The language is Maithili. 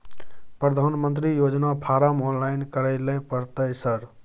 प्रधानमंत्री योजना फारम ऑनलाइन करैले परतै सर?